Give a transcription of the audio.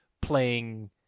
playing